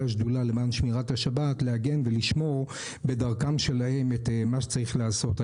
השדולה למען שמירת השבת להגן ולשמור בדרכם שלהם את מה שצריך לעשות.